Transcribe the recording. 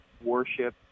warship